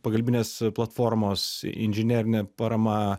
pagalbinės platformos inžinerinė parama